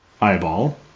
eyeball